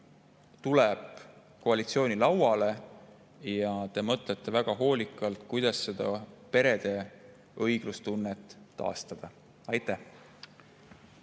tuleb koalitsiooni lauale ja te mõtlete väga hoolikalt, kuidas perede õiglustunnet taastada. Aitäh!